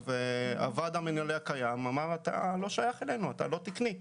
הוועד הקיים אמר: אתה לא שייך אלינו, אתה לא תקני.